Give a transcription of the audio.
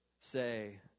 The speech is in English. say